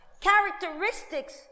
characteristics